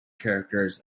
characters